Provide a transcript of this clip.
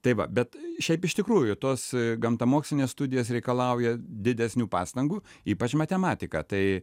tai va bet šiaip iš tikrųjų tos gamtamokslinės studijos reikalauja didesnių pastangų ypač matematika tai